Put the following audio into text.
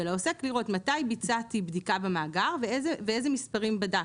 ולעוסק לראות מתי ביצעתי בדיקה במאגר ואיזה מספרים בדקתי,